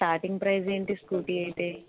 starting price ఏంటి scooty అయితే